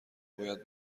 باید